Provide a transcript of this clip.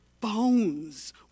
bones